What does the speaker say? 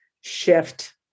shift